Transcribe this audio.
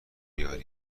بیارم